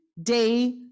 day